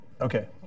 Okay